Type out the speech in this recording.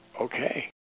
Okay